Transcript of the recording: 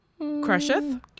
Crusheth